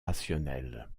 rationnel